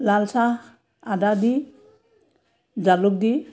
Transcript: লাল চাহ আদা দি জালুক দি